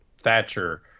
Thatcher